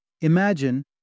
Imagine